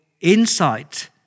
insight